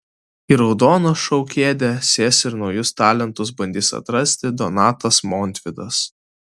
į raudoną šou kėdę sės ir naujus talentus bandys atrasti donatas montvydas